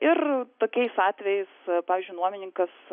ir tokiais atvejais pavyzdžiui nuomininkas